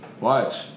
Watch